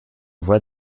voix